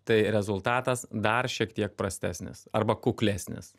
tai rezultatas dar šiek tiek prastesnis arba kuklesnis